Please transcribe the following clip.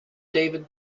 david